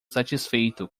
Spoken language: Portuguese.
satisfeito